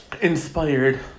inspired